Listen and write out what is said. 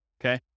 Okay